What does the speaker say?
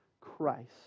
Christ